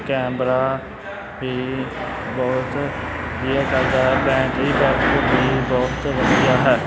camera ਵੀ ਬਹੁਤ ਵਧੀਆ ਚੱਲਦਾ ਹੈ ਬੈਟਰੀ ਬੈਕਅੱਪ ਵੀ ਬਹੁਤ ਵਧੀਆ ਹੈ